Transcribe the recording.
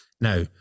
Now